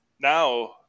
now